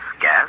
gas